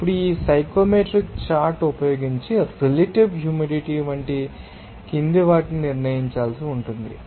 ఇప్పుడు ఈ psychometric chart ఉపయోగించి రిలేటివ్ హ్యూమిడిటీ వంటి కిందివాటిని నిర్ణయించాల్సి ఉంటుంది